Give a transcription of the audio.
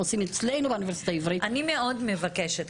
עושים אצלנו באוניברסיטה העברית -- אני מאוד מבקשת,